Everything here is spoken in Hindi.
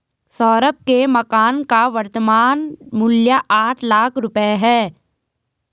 सौरभ के मकान का वर्तमान मूल्य आठ लाख रुपये है